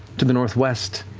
to the northwest,